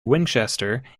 winchester